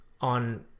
on